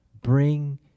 bring